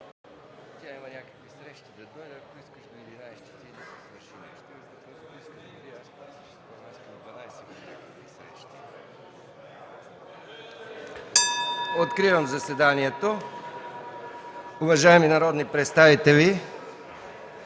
Откривам заседанието. Уважаеми народни представители,